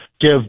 give